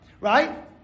right